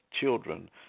children